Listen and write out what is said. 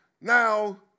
now